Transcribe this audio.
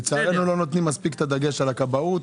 לצערנו לא נותנים מספיק את הדגש על הכבאות.